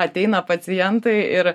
ateina pacientai ir